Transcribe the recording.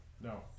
No